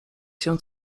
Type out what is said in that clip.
się